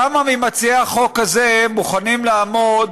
כמה ממציעי החוק הזה מוכנים לעמוד